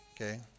Okay